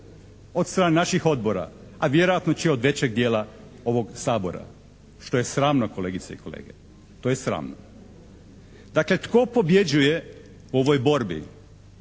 od strane naših odbora, a vjerojatno će od većeg dijela ovog Sabora, što je sramno kolegice i kolege, to je sramno. Dakle, tko pobjeđuje u ovoj borbi?